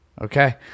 Okay